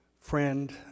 Friend